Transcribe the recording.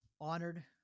honored